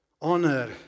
honor